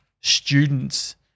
students